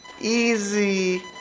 easy